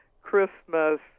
Christmas